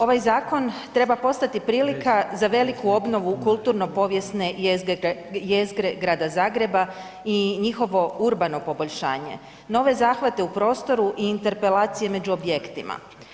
Ovaj zakon treba postati prilika za veliku obnovu kulturno povijesne jezgre Grada Zagreba i njihovo urbano poboljšanje, nove zahvate u prostoru i interpelacije među objektima.